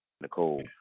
Nicole